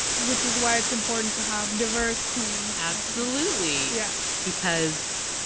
which is why it's important to have diverse teams absolutely. yeah because,